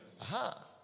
Aha